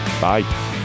Bye